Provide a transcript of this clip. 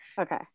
Okay